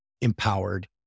empowered